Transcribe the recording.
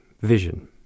vision